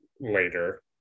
later